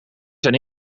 zijn